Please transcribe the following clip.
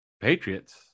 Patriots